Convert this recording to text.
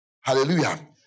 Hallelujah